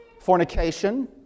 fornication